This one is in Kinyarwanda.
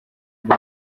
byo